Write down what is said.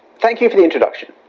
thank you for the introduction.